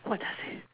what does it